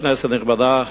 כנסת נכבדה,